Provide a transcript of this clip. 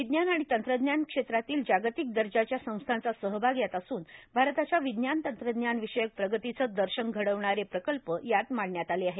विज्ञान आणि तंत्रज्ञान क्षेत्रातल्या जागतिक दर्जाच्या संस्थांचा सहभाग यात असून भारताच्या विज्ञान तंत्रज्ञान विषयक प्रगतीचं दर्शन घडवणारे प्रकल्प त्यात मांडण्यात आले आहेत